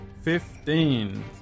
Fifteen